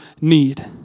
need